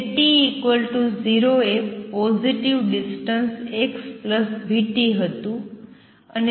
તે t 0 એ positive distance x vt હતું